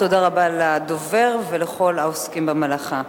תודה רבה לדובר ולכל העוסקים במלאכה.